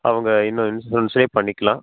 அவங்க இன்னும் இன்சூரன்ஸ்லேயே பண்ணிக்கலாம்